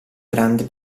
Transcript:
grande